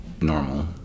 normal